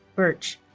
birch